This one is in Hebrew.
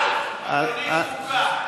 אדוני, לוועדת החוקה.